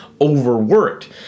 overworked